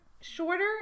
shorter